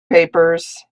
papers